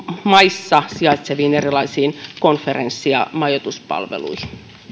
maissa sijaitseviin erilaisiin konferenssi ja majoituspalveluihin